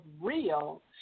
real